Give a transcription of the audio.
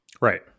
Right